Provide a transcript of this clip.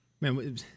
Man